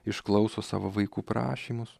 išklauso savo vaikų prašymus